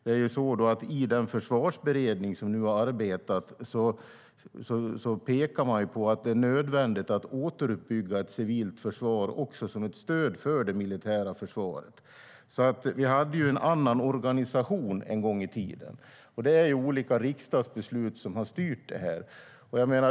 I den försvarsberedning som nu har arbetat pekar man på att det är nödvändigt att återuppbygga ett civilt försvar också som ett stöd för det militära försvaret. Vi hade en annan organisation en gång i tiden, och det är olika riksdagsbeslut som har styrt.